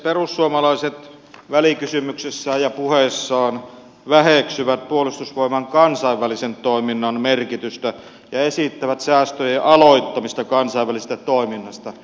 perussuomalaiset välikysymyksessään ja puheissaan väheksyvät puolustusvoimain kansainvälisen toiminnan merkitystä ja esittävät säästöjen aloittamista kansainvälisestä toiminnasta